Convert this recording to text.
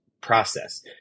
process